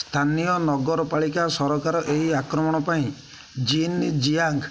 ସ୍ଥାନୀୟ ନଗରପାଳିକା ସରକାର ଏହି ଆକ୍ରମଣ ପାଇଁ ଜିନ୍ଜିଆଙ୍ଗ୍